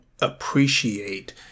appreciate